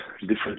different